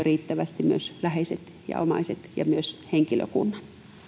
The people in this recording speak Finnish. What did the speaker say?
riittävästi myös läheiset ja omaiset ja myös henkilökunnan